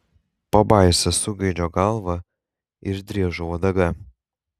pabaisa su gaidžio galva ir driežo uodega